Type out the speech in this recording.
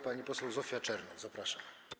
Pani poseł Zofia Czernow, zapraszam.